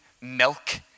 milk